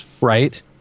right